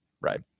right